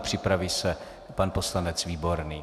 Připraví se pan poslanec Výborný.